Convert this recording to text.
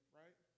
right